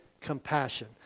compassion